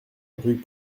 rue